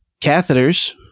catheters